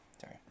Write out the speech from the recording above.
Sorry